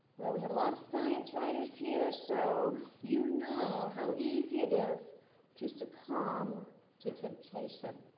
well, we have a lot of science writers here, so you know how easy it is to succumb to temptation,